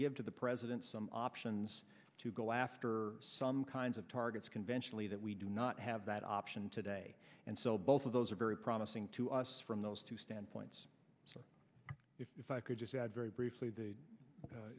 give to the president some options to go after some kinds of targets conventionally that we do not have that option today and so both of those are very promising to us from those two standpoints so if i could just add very briefly the